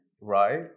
Right